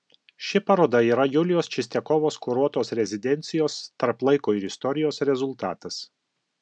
ši paroda yra julijos čistiakovos kuruotos rezidencijos tarp laiko ir istorijos rezultatas